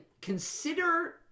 consider